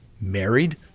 married